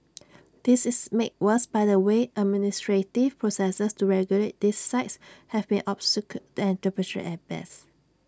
this is made worse by the way administrative processes to regulate these sites have been obscure and arbitrary at best